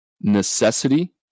necessity